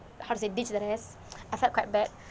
how to say diss~ the rest I felt quite bad